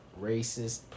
racist